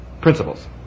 principles